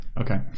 okay